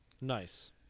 Nice